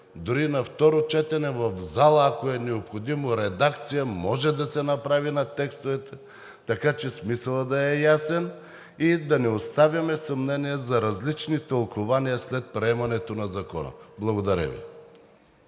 Дори на второ четене в зала, ако е необходимо, редакция може да се направи на текстовете, така че смисълът да е ясен и да не оставяме съмнение за различни тълкувания след приемането на Закона. Благодаря Ви.